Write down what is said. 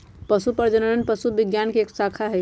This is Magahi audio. पशु प्रजनन पशु विज्ञान के एक शाखा हई